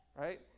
right